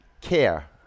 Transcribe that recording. care